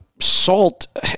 salt